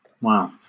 wow